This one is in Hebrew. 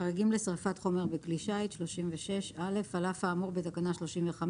"חריגים לשריפת חומר בכלי שיט על אף האמור בתקנה 35,